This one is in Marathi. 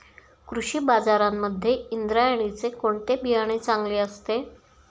कृषी बाजारांमध्ये इंद्रायणीचे कोणते बियाणे चांगले असते?